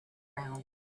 round